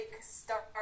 start